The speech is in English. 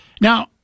Now